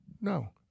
no